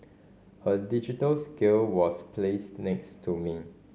a digital scale was placed next to me